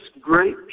great